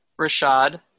Rashad